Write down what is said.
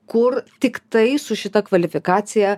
kur tiktai su šita kvalifikacija